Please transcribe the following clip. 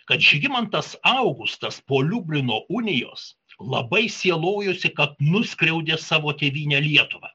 kad žygimantas augustas po liublino unijos labai sielojosi kad nuskriaudė savo tėvynę lietuvą